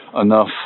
enough